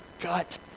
gut